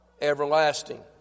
everlasting